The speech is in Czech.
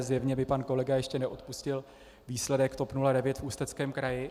Zjevně mi pan kolega ještě neodpustil výsledek TOP 09 v Ústeckém kraji.